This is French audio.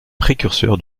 précurseur